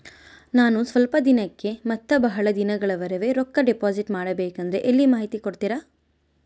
ನಾನು ಸ್ವಲ್ಪ ದಿನಕ್ಕ ಮತ್ತ ಬಹಳ ದಿನಗಳವರೆಗೆ ರೊಕ್ಕ ಡಿಪಾಸಿಟ್ ಮಾಡಬೇಕಂದ್ರ ಎಲ್ಲಿ ಮಾಹಿತಿ ಕೊಡ್ತೇರಾ?